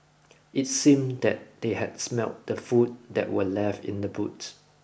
it seemed that they had smelt the food that were left in the boots